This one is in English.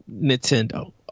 Nintendo